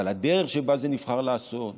אבל הדרך שבה זה נבחר להיעשות,